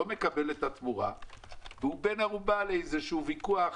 לא מקבל את התמורה והוא בן ערובה לאיזה ויכוח,